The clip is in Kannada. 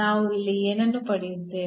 ನಾವು ಇಲ್ಲಿ ಏನನ್ನು ಪಡೆಯುತ್ತೇವೆ